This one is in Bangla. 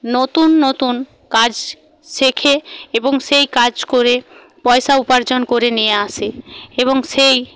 নতুন নতুন কাজ শেখে এবং সেই কাজ করে পয়সা উপার্জন করে নিয়ে আসে এবং সেই